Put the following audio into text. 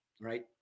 right